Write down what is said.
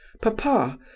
Papa